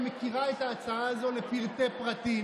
היא מכירה את ההצעה הזו לפרטי-פרטים,